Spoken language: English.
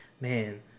man